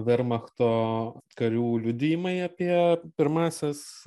vermachto karių liudijimai apie pirmąsias